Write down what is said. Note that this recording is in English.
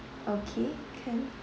okay can